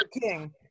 King